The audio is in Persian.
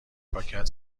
پاکت